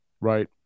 right